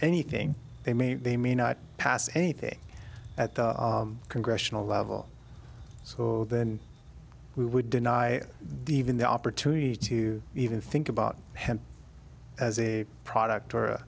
anything they may they may not pass anything at the congressional level so then we would deny the even the opportunity to even think about him as a product or